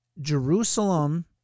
Jerusalem